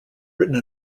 written